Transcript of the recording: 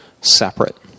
separate